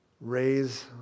raise